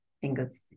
fingers